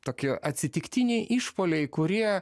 tokie atsitiktiniai išpuoliai kurie